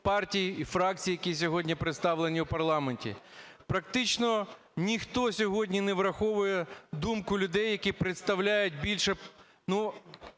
партій і фракцій, які сьогодні представлені в парламенті. Практично ніхто сьогодні не враховує думку людей, які представляють практично